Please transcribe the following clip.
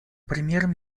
примером